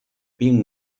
pink